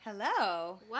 hello